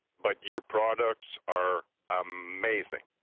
but your products are amazing.